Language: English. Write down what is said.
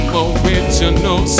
original